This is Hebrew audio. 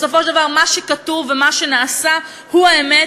בסופו של דבר מה שכתוב ומה שנעשה הוא האמת,